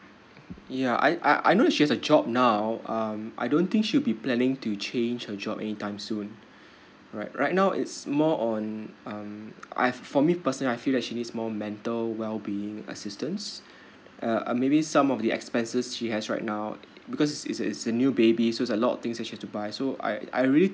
yeuh I I I know she has a job now um I don't think she will be planning to change her job anytime soon right right now it's more on um I for me personally I feel that she needs mental well being assistance uh and maybe some of the expenses she has right now because it's a it's a new baby so a lot things actually need to buy so I I really